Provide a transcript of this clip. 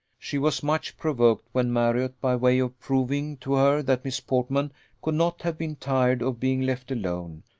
she was much provoked when marriott, by way of proving to her that miss portman could not have been tired of being left alone,